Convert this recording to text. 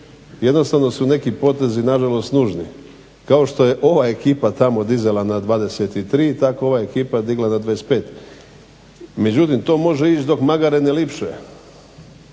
jednostavno su neki potezi nažalost nužni. Kao što je ova ekipa tamo dizala na 23 tako je ova ekipa digla na 25. Međutim, to može ići dok magare ne lipše,